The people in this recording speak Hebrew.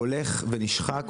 הולך ונשחק,